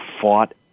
fought